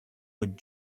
with